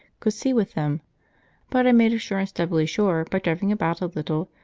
could see with them but i made assurance doubly sure by driving about a little,